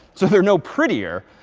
so there are no prettier.